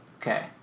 Okay